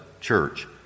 church